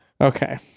Okay